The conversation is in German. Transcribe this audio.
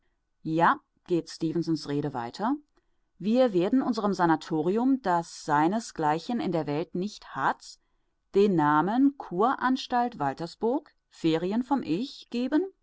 ja geht stefensons rede weiter wir werden unserem sanatorium das seinesgleichen in der welt nicht hat den namen kuranstalt waltersburg ferien vom ich geben